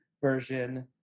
version